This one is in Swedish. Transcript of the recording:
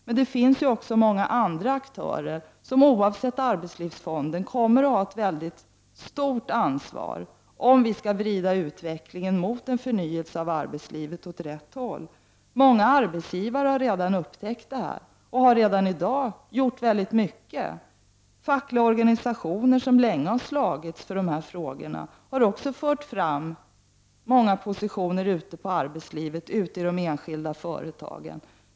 Men det finns också många andra viktiga aktörer som, vid sidan av arbetslivsfonden, kommer att ha ett väldigt stort ansvar för att vi skall klara uppgiften att vrida utvecklingen mot en förnyelse av arbetslivet åt rätt håll. Många arbetsgivare har redan upptäckt detta förhållande och har redan i dag gjort väldigt mycket på detta område. Fackliga organisationer som länge har slagits för dessa frågor har också flyttat fram sina positioner ute i de enskilda företagen.